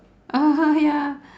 (uh huh) ya